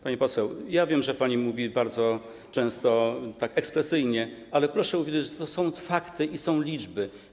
Pani poseł, ja wiem, że pani mówi bardzo często tak ekspresyjnie, ale proszę uwierzyć, że takie są fakty i liczby.